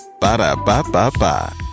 Ba-da-ba-ba-ba